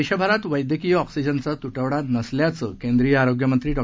देशभरात वैद्यकीय ऑक्सिजनचा तुटवडा नसल्याचं केंद्रीय आरोग्यमंत्री डॉ